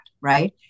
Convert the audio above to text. right